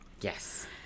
Yes